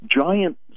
giant